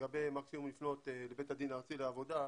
לגבי מקסימום לפנות לבית הדין הארצי לעבודה,